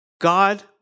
God